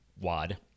wad